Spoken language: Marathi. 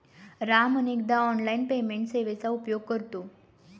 राम अनेकदा ऑनलाइन पेमेंट सेवेचा उपयोग करतो